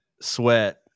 sweat